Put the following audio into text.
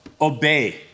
obey